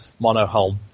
monohull